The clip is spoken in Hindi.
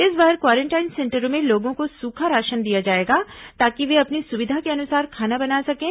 इस बार क्वारेंटाइन सेंटरों में लोगों को सूखा राशन दिया जाएगा ताकि वे अपनी सुविधा के अनुसार खाना बना सकें